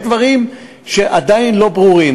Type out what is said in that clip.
יש דברים שעדיין לא ברורים.